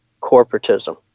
corporatism